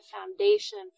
foundation